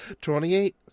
Twenty-eight